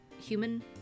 human